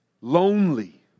Lonely